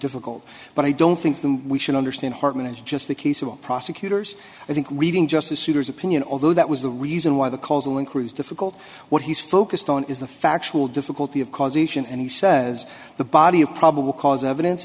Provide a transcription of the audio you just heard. difficult but i don't think them we should understand hartmann is just a case of prosecutors i think reading justice souter's opinion although that was the reason why the causal inquiries difficult what he's focused on is the factual difficulty of causation and he says the body of probable cause evidence